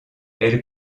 elle